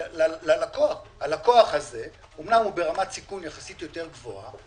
ללקוח: הלקוח הזה הוא אומנם ברמת סיכון יחסית יותר גבוהה,